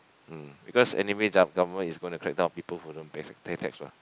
mm because anyway gov~ government is gonna track down people who don't pay pay tax mah